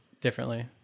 differently